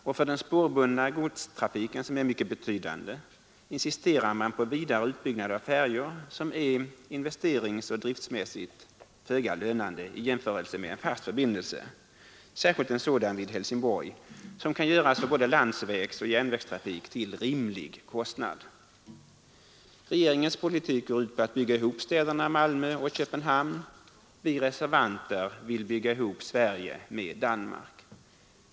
Och för den spårbundna godstrafiken, som är mycket betydande, insisterar man på vidare utbyggnad av färjor, som är investeringsoch driftmässigt föga lönande i jämförelse med en fast förbindelse, särskilt en sådan vid Helsingborg, som kan göras för både landsvägsoch järnvägstrafik till rimlig kostnad. Regeringens politik går ut på att bygga ihop städerna Malmö och Köpenhamn. Vi reservanter vill bygga ihop Sverige med Danmark.